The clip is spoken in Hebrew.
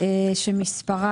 שמספרה